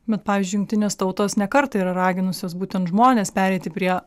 bet pavyzdžiui jungtinės tautos ne kartą yra raginusios būtent žmones pereiti prie